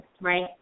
right